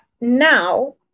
now